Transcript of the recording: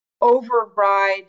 override